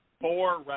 four